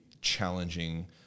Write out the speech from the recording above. challenging